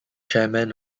chairman